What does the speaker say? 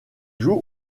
joue